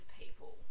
people